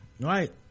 right